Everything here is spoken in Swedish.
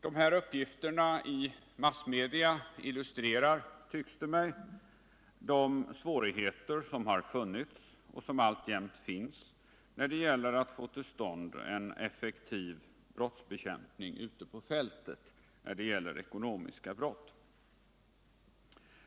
De här uppgifterna i massmedia illustrerar, tycks det mig, de svårigheter som har funnits och som alltjämt finns att få till stånd en effektiv brottsbekämpning ute på fältet när det gäller ekonomiska brott.